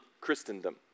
Christendom